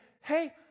hey